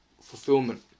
Fulfillment